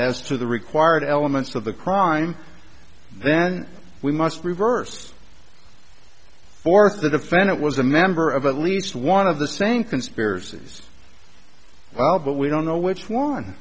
as to the required elements of the crime then we must reverse for if the defendant was a member of at least one of the same conspiracies but we don't know which one